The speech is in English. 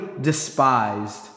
despised